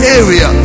area